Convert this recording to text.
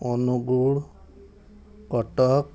Angul Cuttack